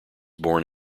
born